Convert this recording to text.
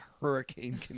hurricane